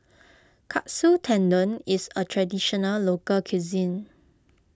Katsu Tendon is a Traditional Local Cuisine